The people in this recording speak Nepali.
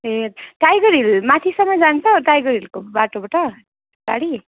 ए टाइगर हिल माथिसम्म जान्छ टाइगर हिलको बाटोबाट गाडी